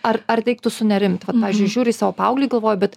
ar ar reiktų sunerimti vat pavyzdžiui žiūri į savo pauglį galvoji bet